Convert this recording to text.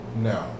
no